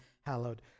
hallowed